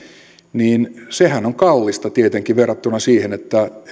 niin sehän on kallista tietenkin verrattuna siihen että